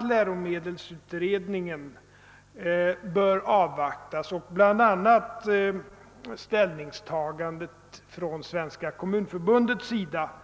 läromedelsutredningens betänkande och »bl.a.« ställningstagandet från Svenska kommunförbundet bör avvaktas.